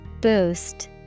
Boost